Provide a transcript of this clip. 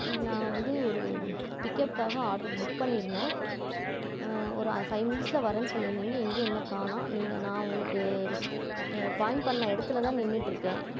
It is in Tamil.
நான் வந்து ஒரு பிக்கப்குகாக ஆட்ரு புக் பண்ணியிருந்தேன் ஒரு ஃபைவ் மினிட்ஸில் வரேன்னு சொல்லியிருந்தீங்க எங்கே இன்னும் காணும் நீங்கள் நான் உங்களுக்கு பாயிண்ட் பண்ண இடத்துலதான் நின்னுட்டிருக்கேன்